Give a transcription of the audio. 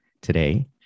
today